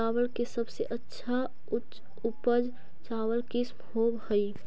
चावल के सबसे अच्छा उच्च उपज चावल किस्म कौन होव हई?